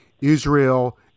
Israel